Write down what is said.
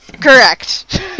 Correct